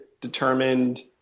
determined